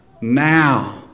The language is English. now